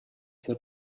zur